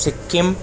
Sikkim